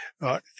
right